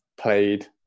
played